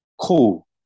Cool